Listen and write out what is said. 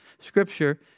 scripture